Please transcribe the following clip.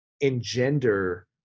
engender